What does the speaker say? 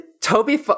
Toby